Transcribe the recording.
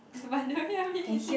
eating